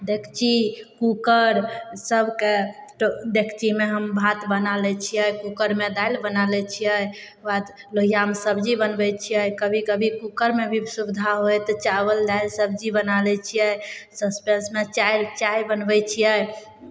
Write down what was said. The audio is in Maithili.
डेकची कूकर सभके टो डेकचीमे हम भात बना लै छियै कूकरमे दालि बना लै छियै तकर बाद लोहियामे सबजी बनबै छियै कभी कभी कूकरोमे भी सुविधा होय तऽ चावल दालि सबजी बना लै छियै सस्पेनमे चाय चाय बनबैत छियै